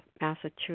Massachusetts